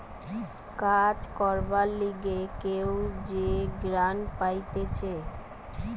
কাজ করবার লিগে কেউ যে গ্রান্ট পাইতেছে